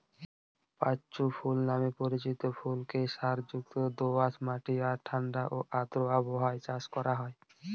পাঁচু ফুল নামে পরিচিত ফুলকে সারযুক্ত দোআঁশ মাটি আর ঠাণ্ডা ও আর্দ্র আবহাওয়ায় চাষ করা হয়